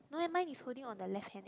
no leh mine is holding on the left hand